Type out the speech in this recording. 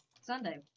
Sunday